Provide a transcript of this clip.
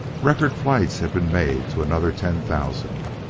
record flights had been made to another ten thousand.